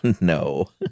No